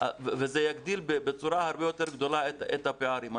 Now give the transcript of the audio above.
וזה יגדיל בצורה הרבה יותר גדולה את הפערים.